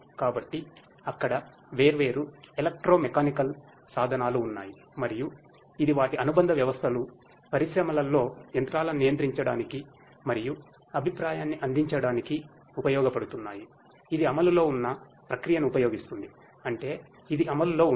కాబట్టి అక్కడ వేర్వేరు ఎలక్ట్రో మెకానికల్ సాధనాలు ఉన్నాయి మరియు ఇది వాటి అనుబంధ వ్యవస్థలు పరిశ్రమలలో యంత్రాలను నియంత్రించడానికి మరియు అభిప్రాయాన్ని అందించడానికి ఉపయోగించబడుతున్నాయి ఇది అమలులో ఉన్న ప్రక్రియను ఉపయోగిస్తుంది అంటే ఇది అమలులో ఉంది